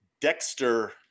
Dexter